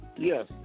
Yes